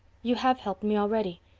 you have helped me already.